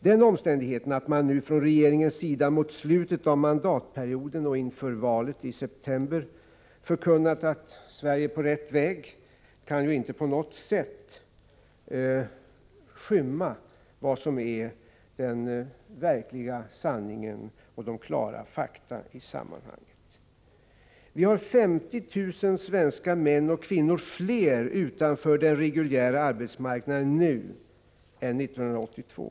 Den omständigheten att man nu från regeringens sida mot slutet av mandatperioden och inför valet i september förkunnat att Sverige är på rätt väg kan inte på något sätt skymma vad som är den verkliga sanningen och klara fakta i sammanhanget. Vi har 50 000 svenska män och kvinnor fler utanför den reguljära arbetsmarknaden nu än 1982.